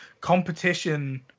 competition